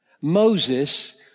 Moses